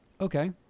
Okay